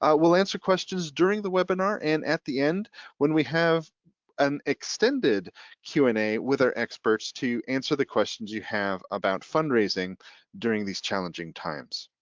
we'll answer questions during the webinar and at the end when we have an extended q and a with our experts to answer the questions you have about fundraising during these challenging times.